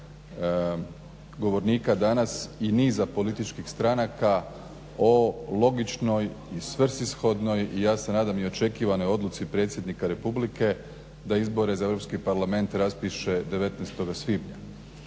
govornika danas i niza političkih stranka o logičnoj i svrsishodnoj i ja se nadam i očekivanoj odluci predsjednika republike da izbore za Europski parlament raspiše 19. svibnja.